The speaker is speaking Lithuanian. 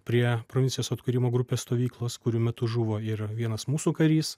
prie provincijos atkūrimo grupės stovyklos kurių metu žuvo ir vienas mūsų karys